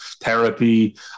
Therapy